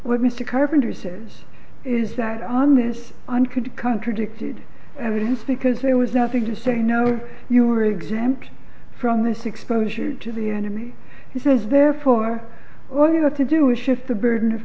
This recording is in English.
says is that on this on could be contradicted evidence because there was nothing to say no you are exempt from this exposure to the enemy he says therefore all you have to do is shift the burden of